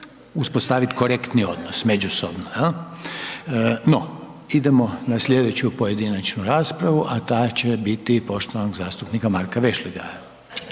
uspostavit korektni odnos međusobno jel, no, idemo na sljedeću pojedinačnu raspravu, a ta će biti poštovanog zastupnika Marka Vešligaja.